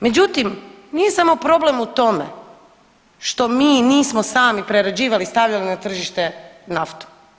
Međutim, nije samo problem u tome što mi nismo sami prerađivali i stavljali na tržište naftu.